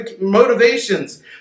motivations